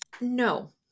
No